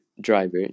Driver